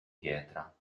pietra